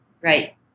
Right